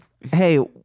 Hey